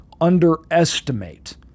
underestimate